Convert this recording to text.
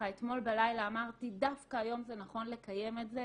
ואז אתמול בלילה אמרתי דווקא היום זה נכון לקיים את זה